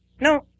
no